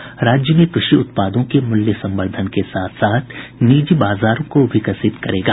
यह संभाग राज्य में कृषि उत्पादों के मूल्य संवर्धन के साथ साथ निजी बाजारों को विकसित करेगा